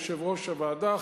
יושב-ראש הוועדה,